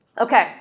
Okay